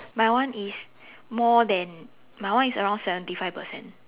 my one is more than my one is around seventy five percent